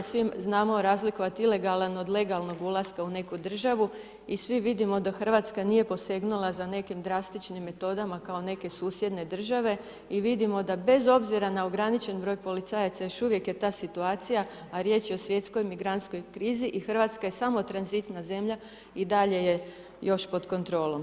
Svi znamo razlikovati ilegalan od legalnog ulaska u neku državu i svi vidimo da Hrvatska nije posegnula za nekim drastičnim metodama kao neke susjedne države i vidimo da bez obzira na ograničen broj policajaca još uvijek je ta situacija, a riječ je svjetskoj migrantskoj krizi i Hrvatska je samo tranzitna zemlja i dalje je još pod kontrolom.